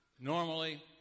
Normally